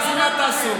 מה תעשו?